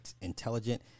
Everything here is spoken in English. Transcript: intelligent